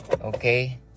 okay